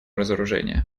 разоружения